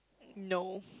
no